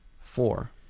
four